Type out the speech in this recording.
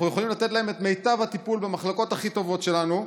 אנחנו יכולים לתת להם את מיטב הטיפול במחלקות הכי טובות שלנו,